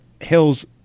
Hills